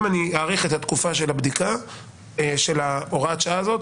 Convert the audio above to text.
אם אני אאריך את התקופה של הוראת השעה הזאת